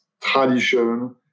tradition